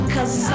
Cause